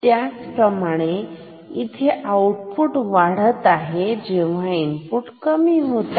त्याच प्रमाणे इथे आउटपुट वाढत आहे जेव्हा इनपुट कमी होत आहे